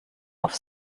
auf